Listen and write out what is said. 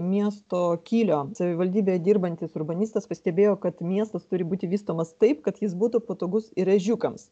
miesto kylio savivaldybėje dirbantis urbanistas pastebėjo kad miestas turi būti vystomas taip kad jis būtų patogus ir ežiukams